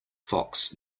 fox